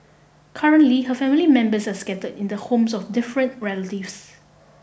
currently her family members are scatter in the homes of different relatives